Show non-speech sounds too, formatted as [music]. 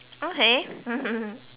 okay [laughs]